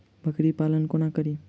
बकरी पालन कोना करि?